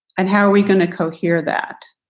and how are we going to cohere that?